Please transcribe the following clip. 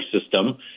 system